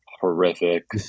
Horrific